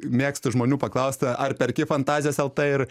mėgstu žmonių paklaust ar perki fantazijos lt ir